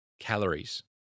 calories